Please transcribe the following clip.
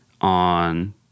on